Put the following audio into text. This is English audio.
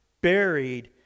buried